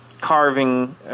carving